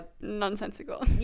nonsensical